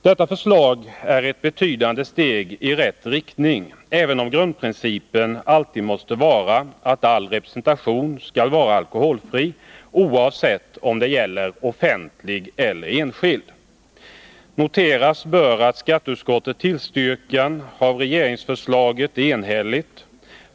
Detta förslag är ett betydande steg i rätt riktning, även om grundprincipen alltid måste vara att Noteras bör att skatteutskottets tillstyrkan av regeringsförslaget är enhälligt.